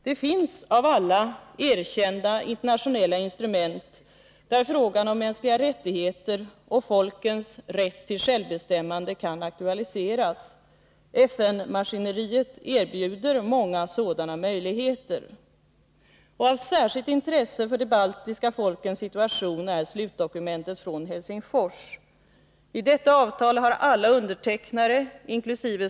Det finns av alla erkända internationella instrument, där frågan om mänskliga rättigheter och folkens rätt till självbestämmande kan aktualiseras. FN-maskineriet erbjuder många sådana möjligheter. Av särskilt intresse för de baltiska folkens situation är slutdokumentet från Helsingfors. I detta avtal har alla undertecknare, inkl.